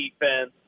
defense